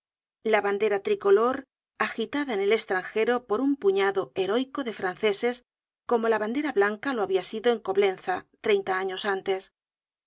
la bandera tricolor agitada en el estranjero por un puñado heroico de franceses como la bandera blanca lo habia sido en coblenza treinta años antes